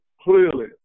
clearly